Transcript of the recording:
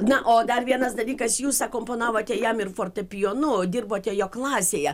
na o dar vienas dalykas jūs akompanavote jam ir fortepijonu dirbote jo klasėje